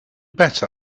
better